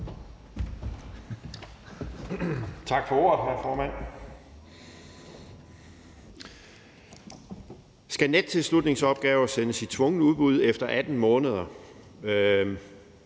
Tak for ordet, hr. formand. Skal nettilslutningsopgaver sendes i tvungent udbud efter 18 måneder